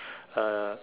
uh